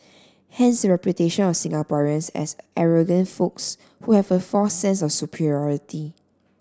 hence reputation of Singaporeans as arrogant folks who have a false sense of superiority